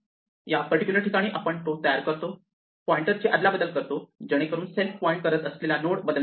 या पर्टिक्युलर ठिकाणी आपण तो तयार करतो पॉइंटर ची आदलाबदल करतो जेणेकरून सेल्फ पॉईंट करत असलेला नोड बदलणार नाही